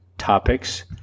topics